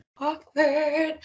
Awkward